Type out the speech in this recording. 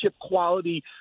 quality